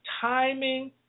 timing